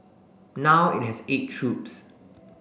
now it has eight troops